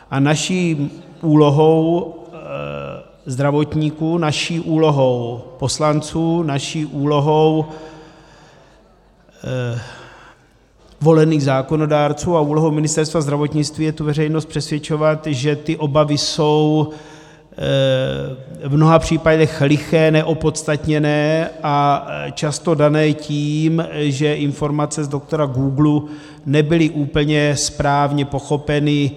A naší úlohou zdravotníků, naší úlohou poslanců, naší úlohou volených zákonodárců a úlohou Ministerstva zdravotnictví je tu veřejnost přesvědčovat, že ty obavy jsou v mnoha případech liché, neopodstatněné a často dané tím, že informace z doktora googlu nebyly úplně správně pochopeny.